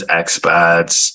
expats